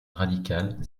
radical